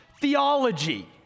theology